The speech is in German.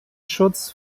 schutz